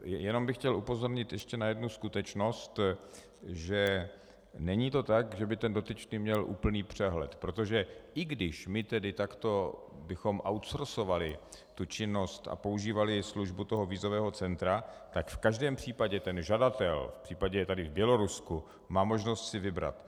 Jenom bych chtěl upozornit ještě na jednu skutečnost, že to není tak, že by ten dotyčný měl úplný přehled, protože i když my tedy takto bychom outsourceovali tu činnost a používali službu toho vízového centra, tak v každém případě ten žadatel případně tady v Bělorusku má možnost si vybrat.